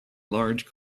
large